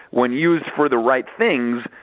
when used for the right things,